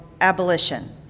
abolition